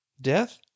Death